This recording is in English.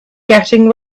getting